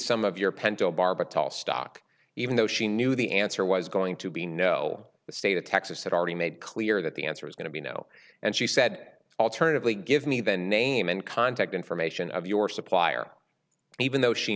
pentobarbital stock even though she knew the answer was going to be no the state of texas had already made clear that the answer is going to be no and she said alternatively give me the name and contact information of your supplier even though she